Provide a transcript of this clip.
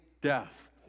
death